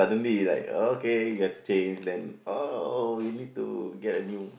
suddenly like okay you have to change then oh you need to get a new